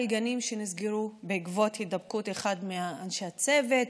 גנים שנסגרו בעקבות הידבקות אחד מאנשי הצוות,